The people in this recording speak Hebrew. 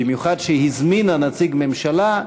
במיוחד כשהזמינה נציג ממשלה,